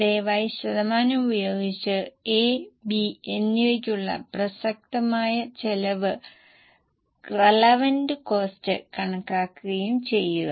ദയവായി ശതമാനം ഉപയോഗിച്ച് A B എന്നിവയ്ക്കുള്ള പ്രസക്തമായ ചെലവ് കണക്കാക്കുകയും ചെയ്യുക